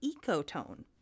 ecotone